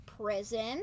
prison